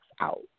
out